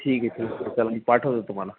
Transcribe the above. ठीक आहे ठीक चला मी पाठवतो तुम्हाला